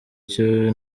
cyo